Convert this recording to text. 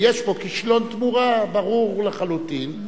ויש פה כישלון תמורה ברור לחלוטין,